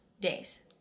days